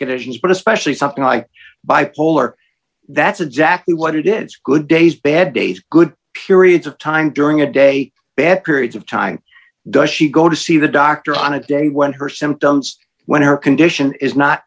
conditions but especially something like bipolar that's exactly what it is good days bad days good periods of time during a day bad periods of time does she go to see the doctor on a day when her symptoms when her condition is not